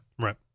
Right